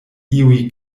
iuj